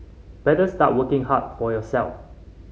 better start working hard for yourself